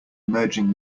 merging